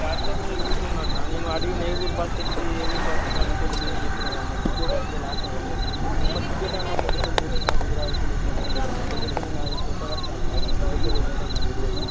platform మీద కూర్చున్నా అన్న నేను అడిగినా ఏ ఊరు బస్ ఎక్కి ఏ ఊరు బస్ అని అడిగితే నువ్వేమి చెప్పినావు అన్న టికెట్ అంటే లాసే కదా అన్న ఇప్పుడు మరి టికెట్ అన్నా పెద్దపల్లికి కొట్టి నన్ను హుజురాబాద్కి వెళ్ళి ఇటు పంపించండి అన్న పెద్దపల్లి నా క్రొత్తగా వస్తున్నా కదా అన్నపెద్దపల్లి ఎక్కడ ఉంటుందో నాకు తెలియదు